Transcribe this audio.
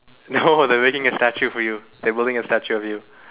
no they're making a statue for you they making a statue of you